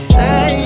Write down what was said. say